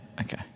okay